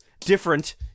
different